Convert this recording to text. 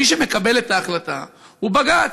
מי שמקבל את ההחלטה הוא בג"ץ,